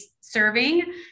serving